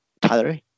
Tyler